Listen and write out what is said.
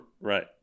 Right